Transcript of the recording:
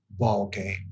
ballgame